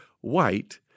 white –